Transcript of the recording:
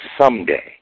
someday